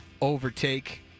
overtake